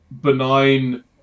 benign